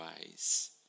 ways